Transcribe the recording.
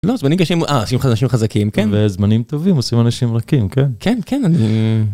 ‫לא, זמנים קשים עושים אנשים חזקים וזמנים טובים עושים אנשים רכים, ‫כן? ‫-כן, כן, אני...